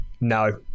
No